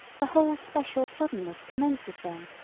the whole special suddenness commences then,